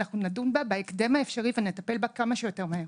אנחנו נדון בה בהקדם האפשרי ונטפל בה כמה שיותר מהר,